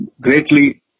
greatly